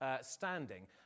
Standing